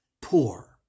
poor